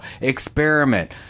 Experiment